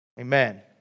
Amen